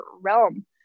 realm